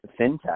fintech